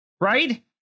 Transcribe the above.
Right